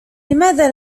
لماذا